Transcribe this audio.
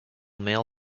mail